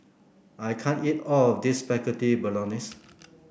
I can't eat all of this Spaghetti Bolognese